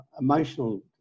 emotional